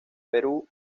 perú